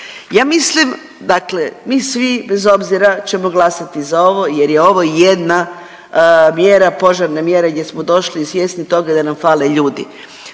Ja mislim, dakle mi svi bez obzira ćemo glasati za ovo jer je ovo jedna mjera, požarna mjera gdje smo došli i svjesni toga da nam fale ljudi.